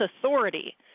authority